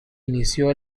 inició